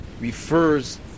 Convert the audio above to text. refers